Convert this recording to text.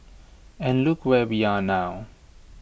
and look where we are now